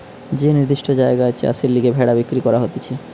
যে নির্দিষ্ট জায়গায় চাষের লিগে ভেড়া বিক্রি করা হতিছে